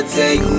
take